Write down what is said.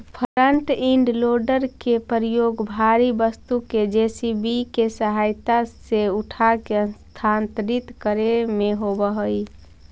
front end loader के प्रयोग भारी वस्तु के जे.सी.बी के सहायता से उठाके स्थानांतरित करे में होवऽ हई